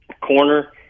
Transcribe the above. corner